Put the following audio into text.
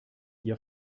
ihr